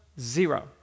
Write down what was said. Zero